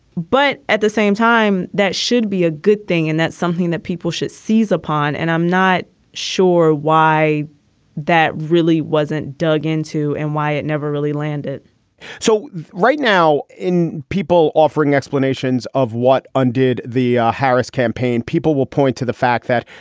but at the same time, that should be a good thing. and that's something that people should seize upon. and i'm not sure why that really wasn't dug into and why it never really landed so right now in people offering explanations of what undid the harris campaign, people will point to the fact that,